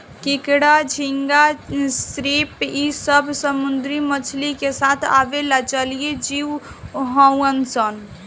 केकड़ा, झींगा, श्रिम्प इ सब समुंद्री मछली के साथ आवेला जलीय जिव हउन सन